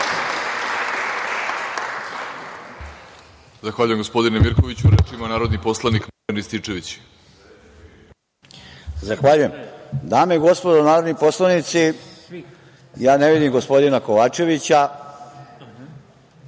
Zahvaljujem, gospodine Mirkoviću. Reč ima narodni poslanik Marijan Rističević. **Marijan Rističević** Zahvaljujem. Dame i gospodo narodni poslanici, ja ne vidim gospodina Kovačevića.